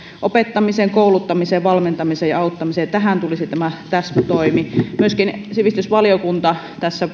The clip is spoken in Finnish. opettamiseen kouluttamiseen valmentamiseen ja auttamiseen että tähän tulisi tämä täsmätoimi myöskin sivistysvaliokunta tässä